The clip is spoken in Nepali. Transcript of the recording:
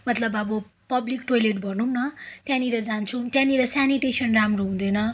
मतलब अब पब्लिक टोयलेट भनौँ न त्यहाँनिर जान्छौँ त्यहाँनिर सेनिटेसन राम्रो हुँदैन